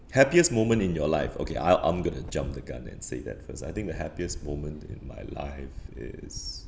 happiest moment in your life okay I'll I'm gonna jump the gun and say that first I think the happiest moment in my life is